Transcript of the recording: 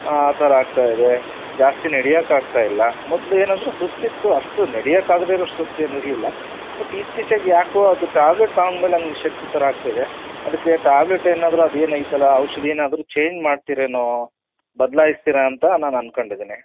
ಆ ಥರ ಆಗ್ತಾ ಇದೆ ಜಾಸ್ತಿ ನಡೆಯೋಕಾಗ್ತಾ ಇಲ್ಲ ಮೊದಲು ಏನೆಂದ್ರೆ ಸುಸ್ತು ಇತ್ತು ಅಷ್ಟು ನಡೆಯೋಕಾಗದೇ ಇರುವಷ್ಟು ಸುಸ್ತು ಏನು ಇರಲಿಲ್ಲ ಬಟ್ ಇತ್ತೀಚೆಗೆ ಯಾಕೋ ಅದು ಟ್ಯಾಬ್ಲೆಟ್ ತೊಗೊಂಡ ಮೇಲೆ ಹಂಗ್ ನಿಶಕ್ತಿ ಥರ ಆಗ್ತಾ ಇದೆ ಅದಕ್ಕೆ ಟ್ಯಾಬ್ಲೆಟ್ ಏನಾದ್ರೂ ಅದು ಏನು ಐತಲ್ಲ ಔಷಧಿ ಏನಾದ್ರೂ ಚೇಂಜ್ ಮಾಡ್ತಿರೇನೋ ಬದ್ಲಾಯಿಸ್ತೀರಾ ಅಂತ ನಾನು ಅಂದ್ಕೊಂಡಿದಿನಿ